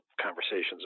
conversations